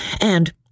And